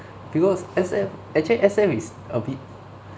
because S_F actually S_F is a bit